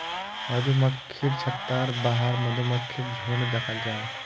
मधुमक्खिर छत्तार बाहर मधुमक्खीर झुण्ड दखाल जाहा